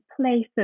places